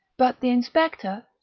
but the inspector,